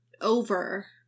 over